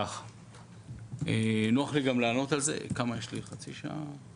נתמקד כרגע בקורס יסוד סייר,